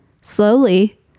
slowly